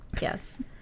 Yes